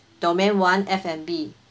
domain one F&B